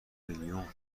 میلیون